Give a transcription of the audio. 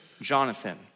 Jonathan